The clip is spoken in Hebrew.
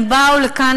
הם באו לכאן,